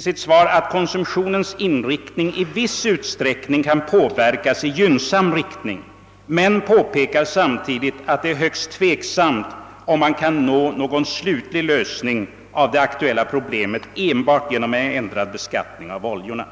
sitt svar att konsumtionens inriktning i viss utsträckning kan påverkas i gynnsam riktning, men han påpekar samtidigt att det är »högst tveksamt om man kan nå någon slutlig lösning av det aktuella problemet enbart genom ändrad beskattning av eldningsoljorna».